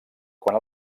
quan